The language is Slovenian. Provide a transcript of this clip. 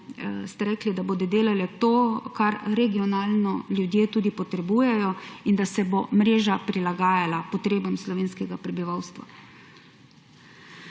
da bodo bolnišnice delale to, kar regionalno ljudje tudi potrebujejo, in da se bo mreža prilagajala potrebam slovenskega prebivalstva.